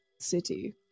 city